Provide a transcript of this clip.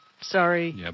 sorry